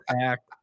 act